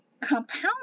compound